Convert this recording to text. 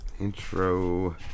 intro